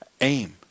aim